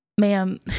Ma'am